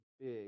big